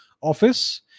office